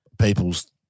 people's